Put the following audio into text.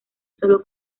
solo